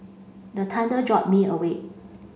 the thunder jolt me awake